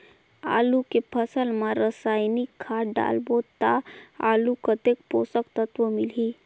आलू के फसल मा रसायनिक खाद डालबो ता आलू कतेक पोषक तत्व मिलही?